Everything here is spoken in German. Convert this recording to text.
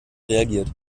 reagiert